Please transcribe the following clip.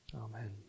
Amen